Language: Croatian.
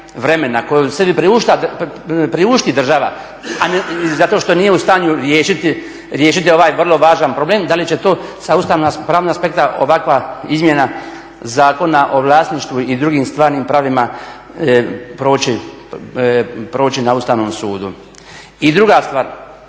vremena koje sebi priušti država zato što nije u stanju riješiti ovaj vrlo važan problem, da li će to sa ustavnog pravnog aspekta ovakva izmjena Zakona o vlasništvu i drugim stvarnim pravima proći na Ustavnom sudu. I druga stvar,